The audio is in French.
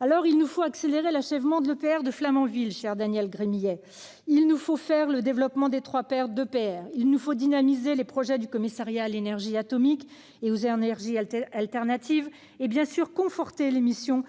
Alors il nous faut accélérer l'achèvement de l'EPR de Flamanville, cher Daniel Gremillet ; il nous faut développer les trois paires d'EPR ; il nous faut dynamiser les projets du Commissariat à l'énergie atomique et aux énergies alternatives, et, bien sûr, conforter les missions